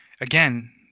again